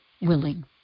willing